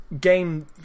Game